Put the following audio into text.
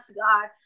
god